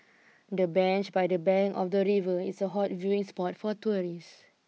the bench by the bank of the river is a hot viewing spot for tourists